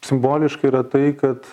simboliška yra tai kad